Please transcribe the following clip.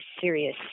serious